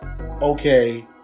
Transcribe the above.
okay